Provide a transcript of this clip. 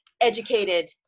educated